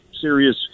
serious